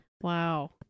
wow